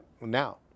Now